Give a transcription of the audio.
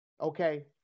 Okay